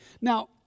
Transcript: Now